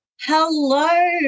Hello